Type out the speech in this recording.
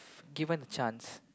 given a chance